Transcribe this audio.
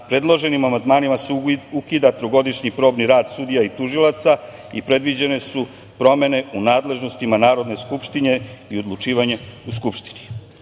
Predloženim amandmanima se ukida trogodišnji probni rad sudija i tužilaca i predviđene su promene u nadležnostima Narodne skupštine i odlučivanje u Skupštini. Izbor